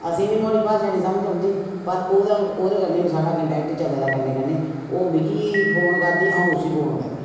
असेंगी बी नुहाड़ी भाशा निं समझ औंदी पर ओह्दे ओह्दे कन्नै बी साढ़ा कंटैक्ट चले दा कन्नै कन्नै ओह् मिगी फोन करदी आऊं उसी फोन करनी